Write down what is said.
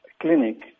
Clinic